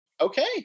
Okay